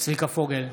צביקה פוגל,